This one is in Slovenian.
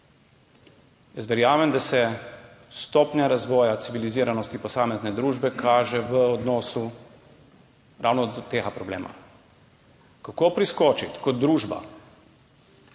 Jaz verjamem, da se stopnja razvoja civiliziranosti posamezne družbe kaže ravno v odnosu do tega problema, kako kot družba